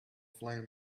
flame